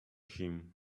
him